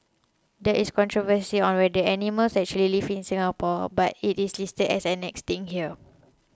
there is controversy on whether the animal actually lived in Singapore but it is listed as 'Extinct' here